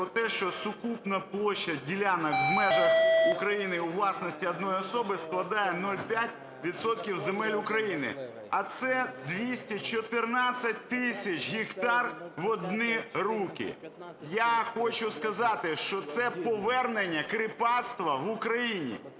що сукупна площа ділянок у межах України у власності одної особи складає 0,5 відсотка земель України, а це 214 тисяч гектарів в одні руки. Я хочу сказати, що це повернення кріпацтва в Україні.